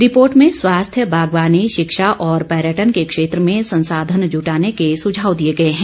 report में स्वास्थ्य बागवानी शिक्षा और पर्यटन के क्षेत्र में संसाधन जुटाने के सुझाव दिए गए हैं